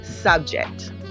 subject